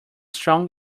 strong